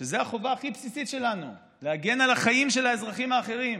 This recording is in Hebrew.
וזו החובה הכי בסיסית שלנו: להגן על החיים של האזרחים האחרים,